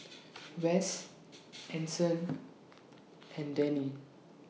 Wess Anson and Dennie